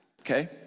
Okay